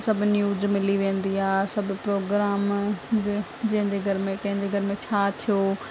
सभु न्यूज मिली वेंदी आहे सभु प्रोग्राम जो जंहिंजे घर में कंहिंजे घर में छा थियो